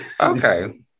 Okay